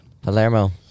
Palermo